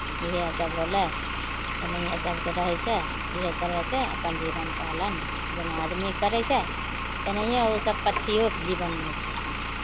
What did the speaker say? इएहसभ होलै एनाहिए सभ कोइ रहै छै इएह तरहेसँ अपन जीवन पालन जेना आदमी करै छै तेनाहिए ओसभ पक्षीओ जीवनमे छै